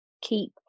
keep